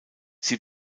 sie